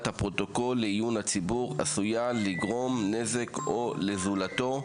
הפרוטוקול לעיון הציבור עשויה לגרום נזק או לזולתו.